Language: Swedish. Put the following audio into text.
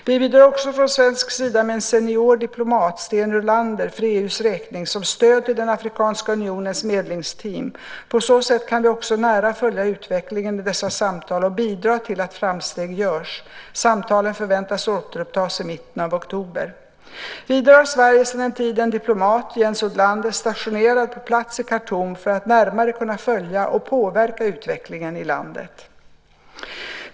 Vi bidrar också från svensk sida med en senior diplomat, Sten Rylander, för EU:s räkning som stöd till den afrikanska unionens medlingsteam. På så sätt kan vi också nära följa utvecklingen i dessa samtal och bidra till att framsteg görs. Samtalen förväntas återupptas i mitten av oktober. Vidare har Sverige sedan en tid en diplomat, Jens Odlander, stationerad på plats i Khartoum för att närmare kunna följa och påverka utvecklingen i landet.